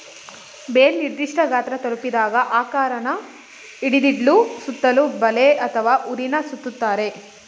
bale ನಿರ್ದಿಷ್ಠ ಗಾತ್ರ ತಲುಪಿದಾಗ ಆಕಾರನ ಹಿಡಿದಿಡ್ಲು ಸುತ್ತಲೂ ಬಲೆ ಅಥವಾ ಹುರಿನ ಸುತ್ತುತ್ತಾರೆ